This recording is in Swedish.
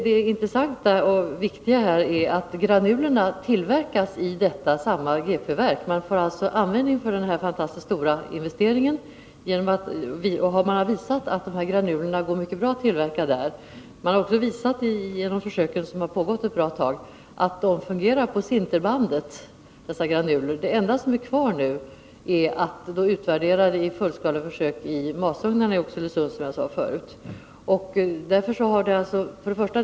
Det intressanta och viktiga är emellertid att granulerna framställs i samma verk. Man drar således nytta av den här fantastiskt stora investeringen. Det har också visat sig gå mycket bra att tillverka granulerna där. Att döma av den verksamhet som pågått ett bra tag så fungerar dessa granuler på sinterbandet. Det enda som återstår att göra är, som jag förut sade, att utvärdera det här genom fullskaleförsök i masugnarna i Oxelösund.